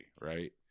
right